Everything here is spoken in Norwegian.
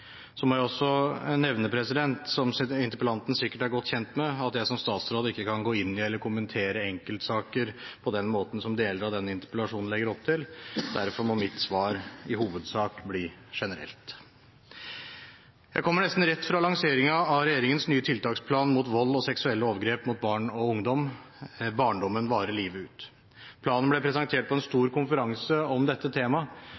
sikkert er godt kjent med, at jeg som statsråd ikke kan gå inn i eller kommentere enkeltsaker på den måten som deler av denne interpellasjonen legger opp til. Derfor må mitt svar i hovedsak bli generelt. Jeg kommer nesten rett fra lanseringen av regjeringens nye tiltaksplan mot vold og seksuelle overgrep mot barn og ungdom – En god barndom varer livet ut. Planen ble presentert på en stor konferanse om dette temaet,